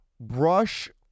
Brush